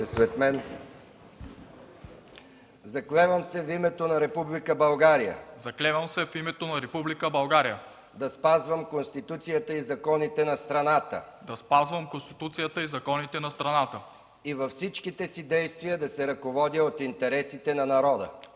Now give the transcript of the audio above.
„Заклевам се в името на Република България да спазвам Конституцията и законите на страната и във всичките си действия да се ръководя от интересите на народа.